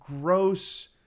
gross